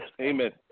Amen